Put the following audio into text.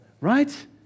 right